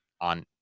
on